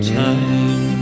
time